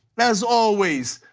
as always,